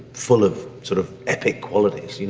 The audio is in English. full of sort of epic qualities. you